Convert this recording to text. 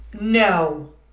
No